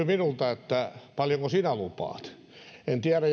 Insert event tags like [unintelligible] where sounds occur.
[unintelligible] minulta paljonko sinä lupaat en tiedä [unintelligible]